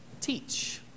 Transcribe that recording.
teach